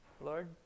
Lord